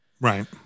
Right